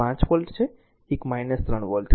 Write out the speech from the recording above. એક 5 વોલ્ટ છે એક 3 વોલ્ટ